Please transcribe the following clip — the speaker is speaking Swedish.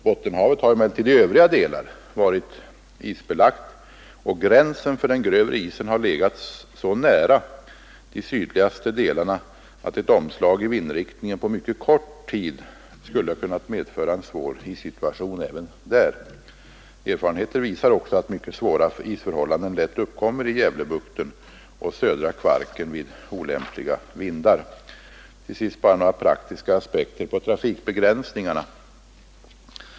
Bottenhavet har emellertid i övriga delar varit isbelagt och gränsen för den grövre isen har legat så nära de sydligaste delarna att ett omslag i vindriktningen på kort tid skulle ha kunnat medföra en svår issituation även där. Erfarenheten visar också att mycket svåra isförhållanden lätt uppkommer i Gävlebukten och Södra Kvarken vid olämpliga vindar. Till sist bara några praktiska aspekter på trafikbegränsningarna.